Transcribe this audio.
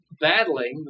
battling